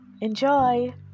Enjoy